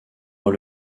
dans